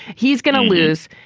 he's going to lose.